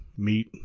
meat